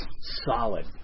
solid